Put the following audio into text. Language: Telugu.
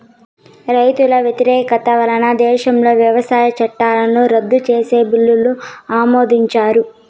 రైతుల వ్యతిరేకత వలన దేశంలో వ్యవసాయ చట్టాలను రద్దు చేసే బిల్లును ఆమోదించారు